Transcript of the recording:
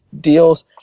deals